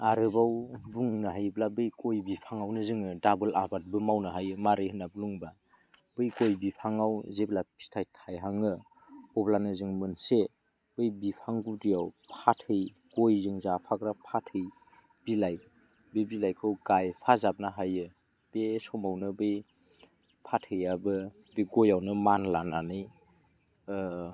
आरोबाव बुंनो हायोब्ला बे गय बिफाङावनो जोङो डाबोल आबादबो मावनो हायो मारै होनना बुङोब्ला बै गय बिफाङाव जेब्ला फिथाइ थायहाङो अब्लानो जों मोनसे बै बिफां गुदियाव फाथै गयजों जाफाग्रा फाथै बिलाइ बे बिलाइखौ गायफाजाबना हायो बे समावनो बे फाथैयाबो बे गयआवनो मानलानानै